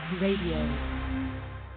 Radio